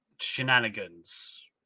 shenanigans